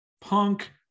punk